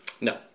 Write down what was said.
No